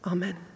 Amen